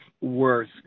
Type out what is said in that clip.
worth